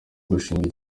gushinga